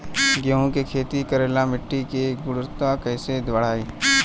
गेहूं के खेती करेला मिट्टी के गुणवत्ता कैसे बढ़ाई?